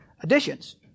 additions